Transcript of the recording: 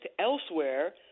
elsewhere